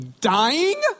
dying